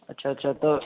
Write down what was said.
اچھا اچھا تو